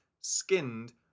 skinned